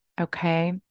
Okay